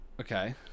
Okay